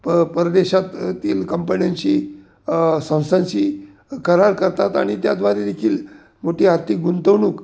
प परदेशाततील कंपण्यांशी संस्थांशी करार करतात आणि त्याद्वारे देखील मोठी आर्थिक गुंतवणूक